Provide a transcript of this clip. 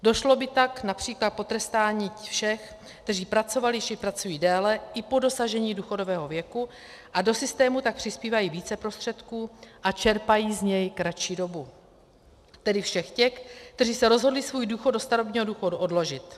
Došlo by tak například k potrestání všech, kteří pracovali či pracují déle i po dosažení důchodového věku a do systému tak přispívají více prostředky a čerpají z něj kratší dobu, tedy všech těch, kteří se rozhodli svůj odchod do starobního důchodu odložit.